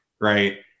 right